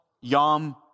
Yom